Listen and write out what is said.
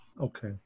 Okay